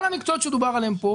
כל המקצועות שדובר עליהם כאן,